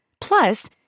Plus